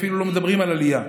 הם אפילו לא מדברים על עלייה,